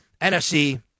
NFC